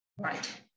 Right